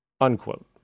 Unquote